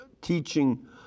teaching